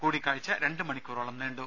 കൂടിക്കാഴ്ച രണ്ട് മണിക്കൂറോളം നീണ്ടു